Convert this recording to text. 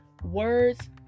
words